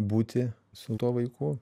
būti su tuo vaiku